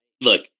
look